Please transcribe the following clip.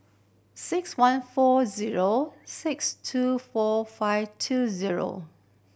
six one four zero six two four five two zero